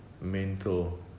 mental